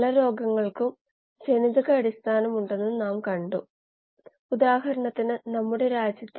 മുമ്പത്തെ ക്ലാസ്സിൽ നമ്മൾ ഒരു പ്രശ്നം പരിഹരിച്ചു